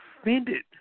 offended